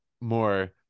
more